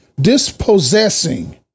dispossessing